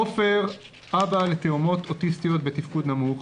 עופר אבא לתאומות אוטיסטיות בתפקוד נמוך,